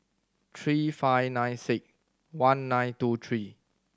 three five nine six one nine two three